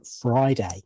Friday